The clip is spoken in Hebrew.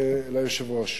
ליושב-ראש.